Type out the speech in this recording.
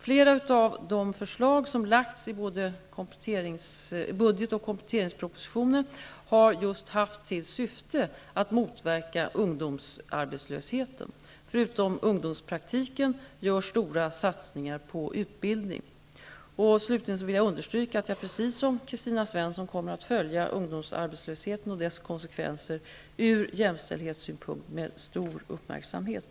Flera av de förslag som lagts fram i både budget och kompletteringspropositionen har just haft till syfte att motverka ungdomsarbetslösheten. Förutom ungdomspraktiken görs stora satsningar på utbildning. Slutligen vill jag understryka att jag precis som Kristina Svensson framöver kommer att med stor uppmärksamhet följa ungdomsarbetslösheten och dess konsekvenser från jämställdhetssynpunkt.